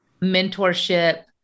mentorship